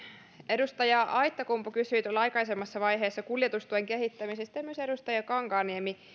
edustaja aittakumpu kysyi tuolla aikaisemmassa vaiheessa kuljetustuen kehittämisestä ja myös edustaja kankaanniemi